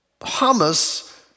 hummus